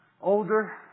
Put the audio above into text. older